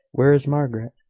where is margaret?